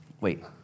Wait